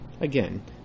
Again